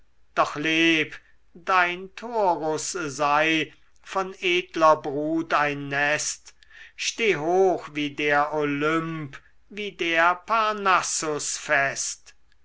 doch leb dein torus sei von edler brut ein nest steh hoch wie der olymp wie der parnassus fest